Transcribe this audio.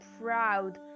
proud